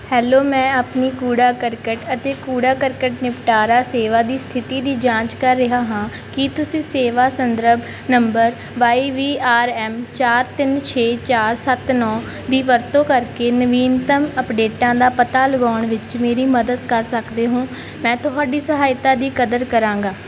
hello ਮੈਂ ਆਪਣੀ ਕੂੜਾ ਕਰਕਟ ਅਤੇ ਕੂੜਾ ਕਰਕਟ ਨਿਪਟਾਰਾ ਸੇਵਾ ਦੀ ਸਥਿਤੀ ਦੀ ਜਾਂਚ ਕਰ ਰਿਹਾ ਹਾਂ ਕੀ ਤੁਸੀਂ ਸੇਵਾ ਸੰਦਰਭ number Y V R M ਚਾਰ ਤਿੰਨ ਛੇ ਚਾਰ ਸੱਤ ਨੌਂ ਦੀ ਵਰਤੋਂ ਦੀ ਕਰਕੇ ਨਵੀਨਤਮ ਅਪਡੇਟਾਂ ਦਾ ਪਤਾ ਲਗਾਉਣ ਵਿੱਚ ਮੇਰੀ ਮਦਦ ਕਰ ਸਕਦੇ ਹੋ ਮੈਂ ਤੁਹਾਡੀ ਸਹਾਇਤਾ ਦੀ ਕਦਰ ਕਰਾਂਗਾ